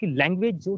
language